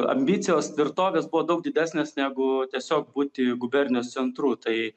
ambicijos tvirtovės buvo daug didesnės negu tiesiog būti gubernijos centru tai